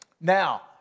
Now